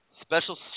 Special